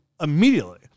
immediately